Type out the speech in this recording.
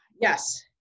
Yes